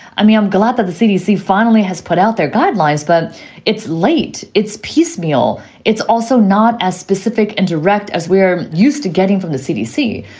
i mean, i'm glad that the cdc finally has put out their guidelines, but it's late. it's piecemeal. it's also not as specific and direct as we're used to getting from the cdc.